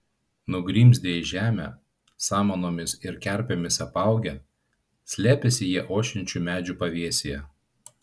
nugrimzdę į žemę samanomis ir kerpėmis apaugę slėpėsi jie ošiančių medžių pavėsyje